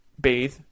bathe